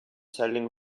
selling